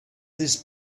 this